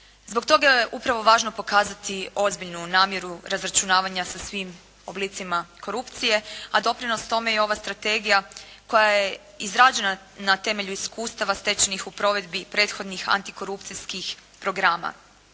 Zbog toga je upravo važno pokazati ozbiljnu namjeru razračunavanja sa svim oblicima korupcije, a doprinos tome je i ova strategija koja je izrađena na temelju iskustava stečenih u provedbi prethodnih antikorupcijskih programa.